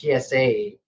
PSA